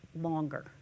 longer